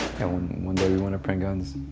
one day we want to print guns.